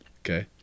Okay